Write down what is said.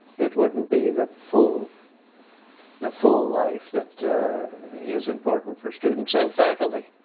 it wouldn't be the full the full life that is important for students. and faculty.